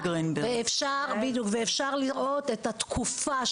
ואפשר לראות את התקופה,